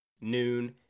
noon